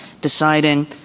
deciding